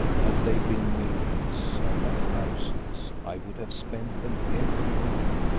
had they been millions and not thousands, i would have spent them every one.